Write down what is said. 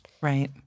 Right